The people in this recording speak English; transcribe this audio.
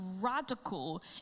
radical